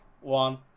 one